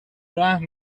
رهن